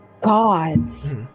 Gods